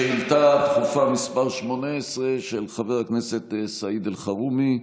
לשאילתה דחופה מס' 18, של חבר הכנסת סעיד אלחרומי,